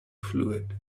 fluid